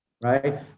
right